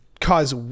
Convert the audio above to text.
cause